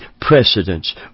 precedence